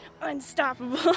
Unstoppable